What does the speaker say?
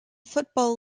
football